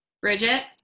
Bridget